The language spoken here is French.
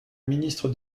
ministre